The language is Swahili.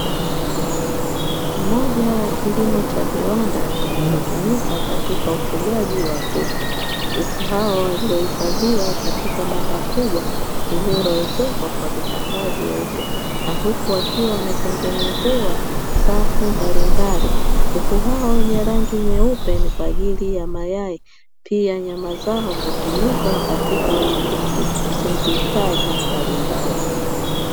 Moja ya kilimo cha viwanda kinachotumika katika ufugaji wa kuku, kuku hawa waliohifadhiwa katika banda kubwa lililoezekwa kwa vitambaa vyeupe. Na huku wakiwa wametengenezewa safu mbali mbali, kuku hao wenye rangi nyeupe ni kwa ajili ya mayai pia nyama zao hutumika katika usindikaji mbalimbali.